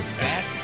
fat